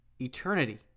eternity